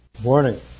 morning